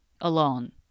alone